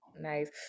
Nice